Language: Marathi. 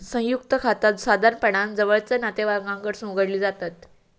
संयुक्त खाता साधारणपणान जवळचा नातेवाईकांकडसून उघडली जातत